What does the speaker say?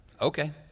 okay